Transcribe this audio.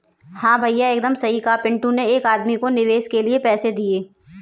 हां भैया एकदम सही कहा पिंटू ने एक आदमी को निवेश के लिए पैसे दिए